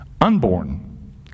unborn